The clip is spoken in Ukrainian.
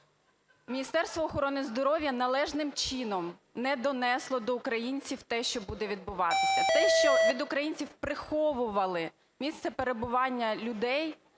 Міністерство охорони здоров'я належним чином не донесло до українців те, що буде відбуватися. Те, що від українців приховували місце перебування людей,